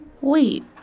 wait